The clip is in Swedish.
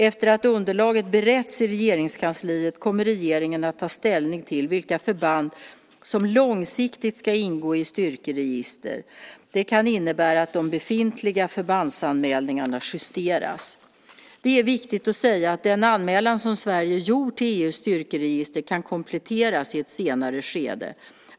Efter att underlaget beretts i Regeringskansliet kommer regeringen att ta ställning till vilka förband som långsiktigt ska ingå i styrkeregister. Det kan innebära att de befintliga förbandsanmälningarna justeras. Det är viktigt att säga att den anmälan som Sverige gjort till EU:s styrkeregister kan kompletteras i ett senare skede.